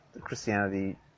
Christianity